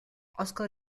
oscar